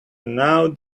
now